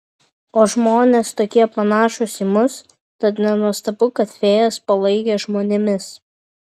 o žmonės tokie panašūs į mus tad nenuostabu kad fėjas palaikė žmonėmis